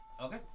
Okay